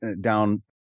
down